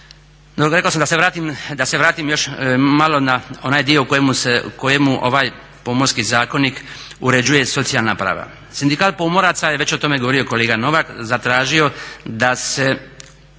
se vratim, da se vratim još malo na onaj dio u kojemu se ovaj Pomorski zakonik uređuje socijalna prava. Sindikat pomoraca je već o tome govorio kolega Novak zatražio da se